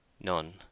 None